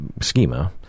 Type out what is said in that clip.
schema